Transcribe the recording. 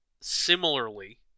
similarly